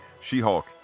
She-Hulk